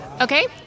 Okay